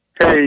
Hey